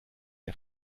der